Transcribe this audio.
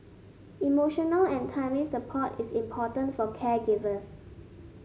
emotional and timely support is important for caregivers